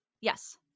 Yes